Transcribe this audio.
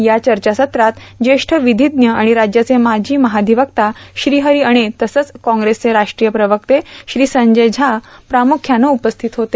या चर्चासत्रात ज्येष्ठ विधिज्ञ आणि राज्याचे माजी महाधिवक्ता श्रीहरी अणे तसंच काँग्रेसचे राष्ट्रीय प्रवक्ते श्री संजय झा प्रामुख्यानं उपस्थित होते